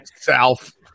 South